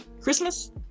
Christmas